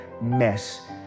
mess